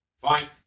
Fine